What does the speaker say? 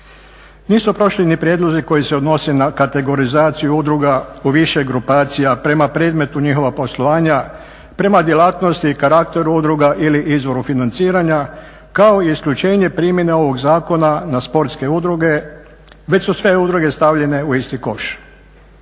Nisu prošli ni prijedlozi koji se odnose na kategorizaciju udruga u više grupacija prema predmetu njihova poslovanja, prema djelatnosti i karakteru udruga ili izvoru financiranja kao i isključenje primjene ovog zakona na sportske udruge već su sve udruge stavljene u isti koš.